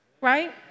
Right